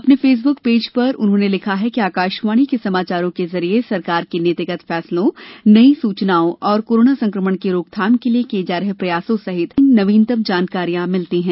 अपने Facebook page पर उन्होंने लिखा है कि आकाशवाणी के समाचारों के जरिए सरकार के नीतिगत फैसलों नई सूचनाओं और कोरोना संकमण की रोकथाम के लिये किये जा रहे प्रयासों सहित कई नवीनतम जानकारियां मिलती हैं